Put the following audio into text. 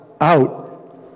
out